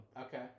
Okay